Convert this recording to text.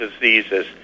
Diseases